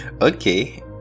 okay